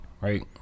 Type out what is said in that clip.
right